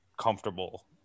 comfortable